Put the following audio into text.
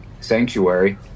sanctuary